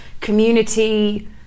community